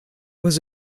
was